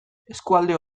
eskualde